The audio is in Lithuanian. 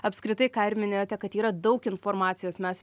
apskritai ką ir minėjote kad yra daug informacijos mes